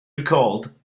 recalled